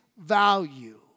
value